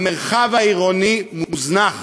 המרחב העירוני מוזנח.